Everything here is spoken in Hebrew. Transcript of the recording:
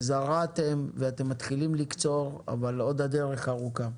זרעתם ואתם מתחילים לקצור, אבל הדרך עוד ארוכה.